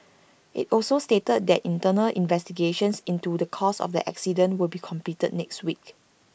IT also stated that internal investigations into the cause of the accident will be completed next week